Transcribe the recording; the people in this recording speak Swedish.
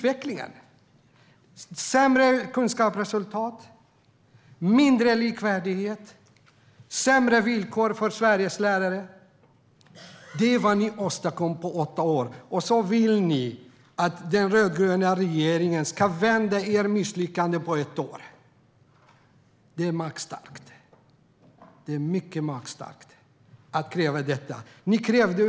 Det blev sämre kunskapsresultat, mindre likvärdighet och sämre villkor för Sveriges lärare. Det är vad ni åstadkom på åtta år. Sedan vill ni att den rödgröna regeringen ska vända era misslyckanden på ett år. Det är mycket magstarkt att kräva detta.